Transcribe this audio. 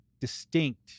distinct